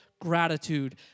gratitude